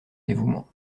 dévouement